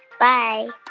bye